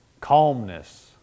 calmness